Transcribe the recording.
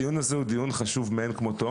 הדיון הזה הוא דיון חשוב מאין כמותו.